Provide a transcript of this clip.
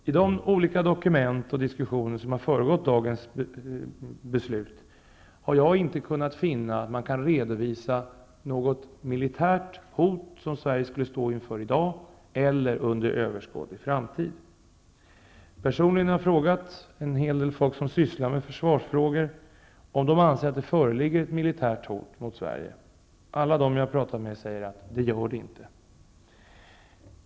I de olika dokument och diskussioner som föregått dagens beslut har jag inte kunnat finna att man redovisat något militärt hot som Sverige skulle stå inför i dag eller under överskådlig framtid. Personligen har jag frågat en hel del folk som sysslar med försvarsfrågan, om de anser att det föreligger ett militärt hot mot Sverige. Alla jag har pratat med säger att det gör det inte.